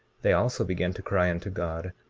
they also began to cry unto god,